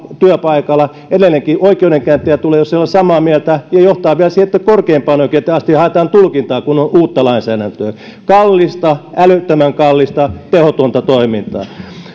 työpaikalla edelleenkin oikeudenkäyntejä tulee jos ei olla samaa mieltä ja tämä johtaa vielä siihen että korkeimmasta oikeudesta asti haetaan tulkintaa kun on uutta lainsäädäntöä kallista älyttömän kallista tehotonta toimintaa